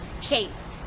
case